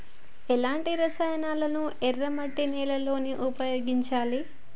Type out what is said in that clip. ఎలాంటి రసాయనాలను ఎర్ర మట్టి నేల లో ఉపయోగించాలి?